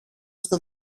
στο